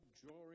drawing